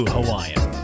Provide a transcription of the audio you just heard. Hawaiian